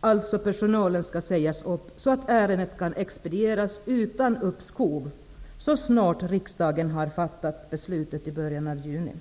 avvecklingen -- personalen skall alltså sägas upp -- så att ärendet kan expedieras utan uppskov så snart riksdagen har fattat beslutet i början av juni.